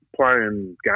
playing